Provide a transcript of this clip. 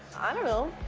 i don't know.